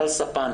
גל ספן,